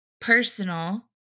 personal